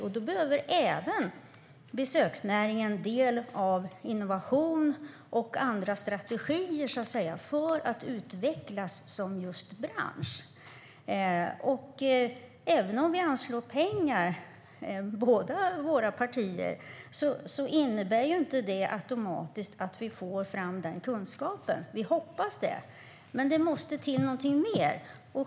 Då behöver även besöksnäringen en del av innovation och andra strategier för att utvecklas som bransch. Även om båda våra partier anslår pengar innebär det inte att vi automatiskt får fram den kunskapen. Vi hoppas det, men det måste till någonting mer.